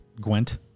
Gwent